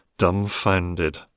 Dumbfounded